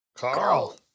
Carl